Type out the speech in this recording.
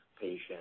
patient